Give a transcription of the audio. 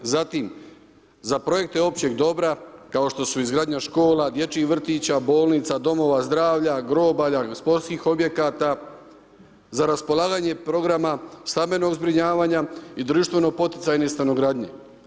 Zatim, za projekte općeg dobra, kao što su izgradnja škola, dječjih vrtića, bolnica, domova zdravlja, grobalja, sportskih objekata, za raspolaganje programa stambenog zbrinjavanja i društveno poticajne stanogradnje.